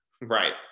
right